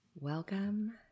Welcome